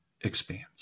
expands